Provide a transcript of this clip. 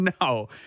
No